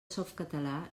softcatalà